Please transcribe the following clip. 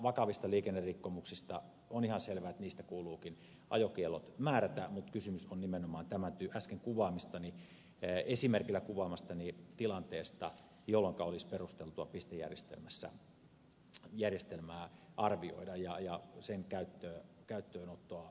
vakavissa liikennerikkomuksissa on ihan selvää että niistä kuuluukin ajokiellot määrätä mutta kysymys on nimenomaan äsken esimerkillä kuvaamastani tilanteesta jolloinka olisi perusteltua pistejärjestelmää arvioida ja sen käyttöönottoa vakavasti harkita